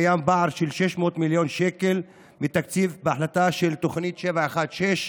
קיים פער של 600 מיליון שקל בתקציב בהחלטה של תוכנית 716,